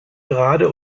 gerade